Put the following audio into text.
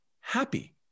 happy